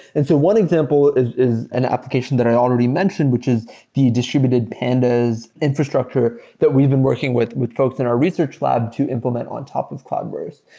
and so one example is is an application that i already mentioned, which is the distributed pandas infrastructure that we've been working with with folks in our research lab to implement on top of cloudburst.